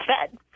Fed